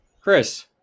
Chris